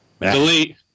Delete